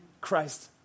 Christ